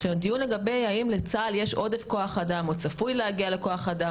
הדיון לגבי האם לצה"ל יש עודף כוח אדם או צפוי להגיע לכוח אדם,